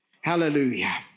Hallelujah